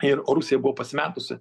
ir rusija buvo pasimetusi